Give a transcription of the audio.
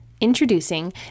Introducing